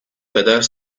kadar